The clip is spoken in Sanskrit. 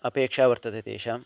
अपेक्षा वर्तते तेषाम्